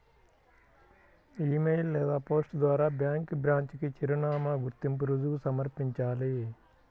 ఇ mail లేదా post ద్వారా bank branch కి చిరునామా, గుర్తింపు రుజువు సమర్పించాలి